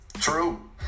True